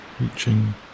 Reaching